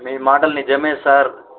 మీ మాటలు నిజమే సార్